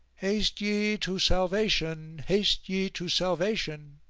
haste ye to salvation! haste ye to salvation!